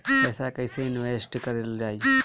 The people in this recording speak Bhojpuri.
पैसा कईसे इनवेस्ट करल जाई?